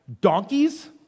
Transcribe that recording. donkeys